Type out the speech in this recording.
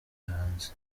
hanze